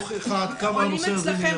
מוכיחה עד כמה הנושא הזה.